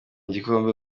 igikombe